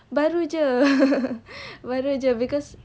baru jer baru jer because